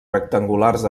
rectangulars